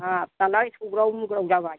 हाब दालाय सौग्राव मुग्राव जाबाय